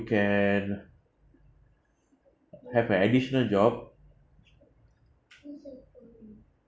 can have an additional job